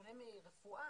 בשונה מרפואה,